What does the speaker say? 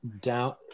down